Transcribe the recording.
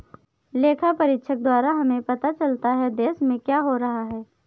लेखा परीक्षक द्वारा हमें पता चलता हैं, देश में क्या हो रहा हैं?